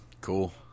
Cool